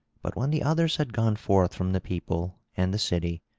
but when the others had gone forth from the people and the city,